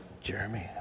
Jeremy